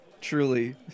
Truly